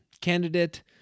candidate